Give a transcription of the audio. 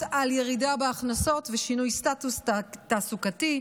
על ירידה בהכנסות ושינוי סטטוס תעסוקתי,